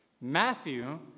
Matthew